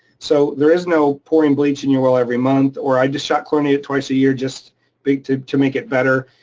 so there is no pouring bleach in your well every month, or i just shock chlorinate it twice a year just to to make it better.